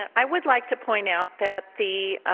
i would like to point out that the